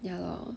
ya lor